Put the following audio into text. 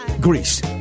Greece